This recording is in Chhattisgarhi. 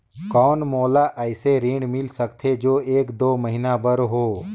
कौन मोला अइसे ऋण मिल सकथे जो एक दो महीना बर हो?